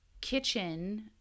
kitchen